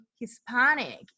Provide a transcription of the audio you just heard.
hispanic